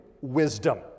wisdom